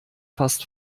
fast